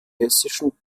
hessischen